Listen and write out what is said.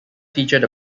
featured